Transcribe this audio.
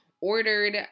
ordered